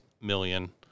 million